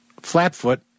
Flatfoot